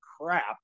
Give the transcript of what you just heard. crap